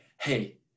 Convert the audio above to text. hey